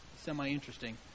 semi-interesting